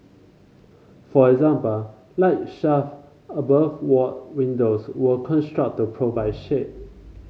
for example light shelf above ward windows were construct to provide shade